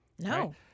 No